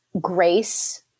grace